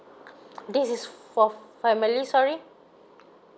this is for family sorry